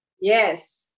yes